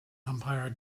umpire